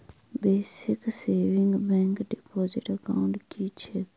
Basic savings bank deposit account की छैक?